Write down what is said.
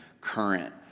current